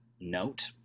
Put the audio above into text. note